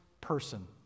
person